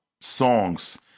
songs